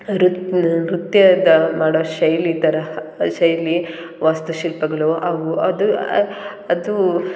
ನ್ರ ನೃತ್ಯದ ಮಾಡೋ ಶೈಲಿ ತರಹ ಶೈಲಿ ವಾಸ್ತುಶಿಲ್ಪಗಳು ಅವು ಅದು ಅದು